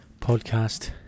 podcast